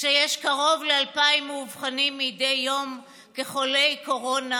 כשיש קרוב ל-2,000 מאובחנים מדי יום כחולי קורונה,